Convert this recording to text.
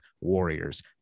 warriors